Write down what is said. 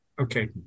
Okay